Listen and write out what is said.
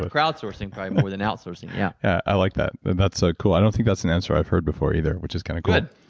but crowdsourcing probably more than outsourcing, yeah. i like that. that's so cool. i don't think that's an answer i've heard before either, which is kind of cool.